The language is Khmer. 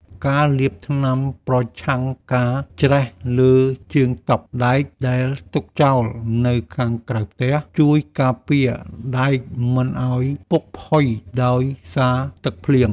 ការលាបថ្នាំប្រឆាំងការច្រេះលើជើងតុដែកដែលទុកចោលនៅខាងក្រៅផ្ទះ ជួយការពារដែកមិនឱ្យពុកផុយដោយសារទឹកភ្លៀង។